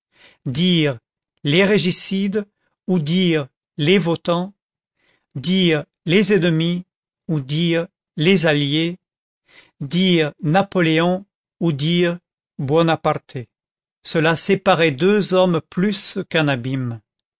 dire les régicides ou dire les votants dire les ennemis ou dire les alliés dire napoléon ou dire buonaparte cela séparait deux hommes plus qu'un abîme